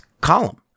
Column